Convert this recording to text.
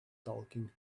talking